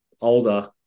older